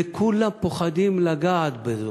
וכולם פוחדים לגעת בזה.